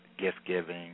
gift-giving